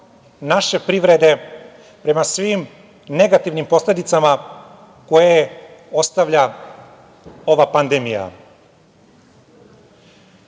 naše privrede prema svim negativnim posledicama koje ostavlja ova pandemija. Kada